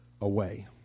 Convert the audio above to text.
Away